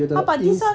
!huh! but this one